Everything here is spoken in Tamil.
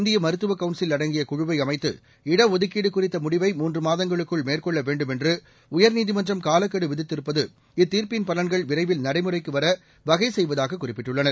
இந்திய மருத்துவக் கவுன்சில் அடங்கிய குழுவை அமைத்து இடஒதுக்கீடு குறித்த முடிவை மூன்று மாதங்களுக்குள் மேற்கொள்ள வேண்டும் என்று உயர்நீதிமன்றம் காலக்கெடு விதித்திருப்பது இத்தீர்ப்பின் பலன்கள் விரைவில் நடைமுறைக்கு வர வகை செய்வதாக குறிப்பிட்டுள்ளனர்